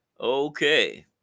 okay